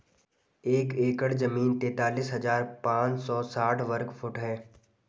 एक एकड़ जमीन तैंतालीस हजार पांच सौ साठ वर्ग फुट है